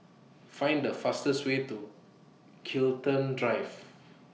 Find The fastest Way to Chiltern Drive